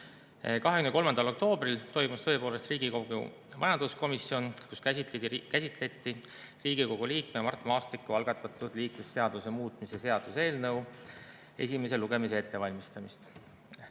23. oktoobril toimus Riigikogu majanduskomisjoni [istung], kus käsitleti Riigikogu liikme Mart Maastiku algatatud liiklusseaduse muutmise seaduse eelnõu esimese lugemise ettevalmistamist.